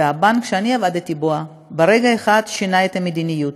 והבנק שאני עבדתי בו, ברגע אחד שינה את המדיניות.